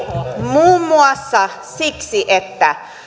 muun muassa siksi että